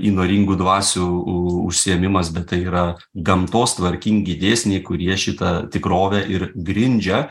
įnoringų dvasių užsiėmimas bet tai yra gamtos tvarkingi dėsniai kurie šitą tikrovę ir grindžia